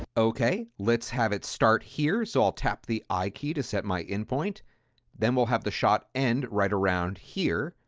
okay, let's have it start here. so i'll tap the i key to set my in point then we'll have the shot end right around here,